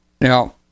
Now